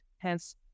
Hence